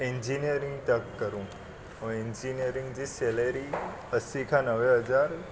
engineering था करूं ऐं इंजीनियरिंग जी सैलेरी असीं खां नवे हज़ार